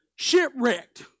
shipwrecked